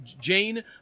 Jane